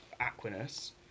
Aquinas